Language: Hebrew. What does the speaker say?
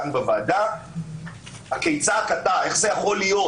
לכן -- זה לא מה שאמרתי.